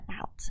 out